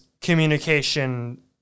communication